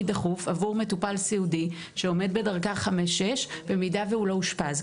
דחוף עבור מטופל סיעודי שעומד בדרגה 45 או 6 במידה והוא לא אושפז.